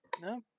no